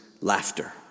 laughter